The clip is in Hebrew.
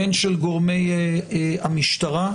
הן של גורמי המשטרה,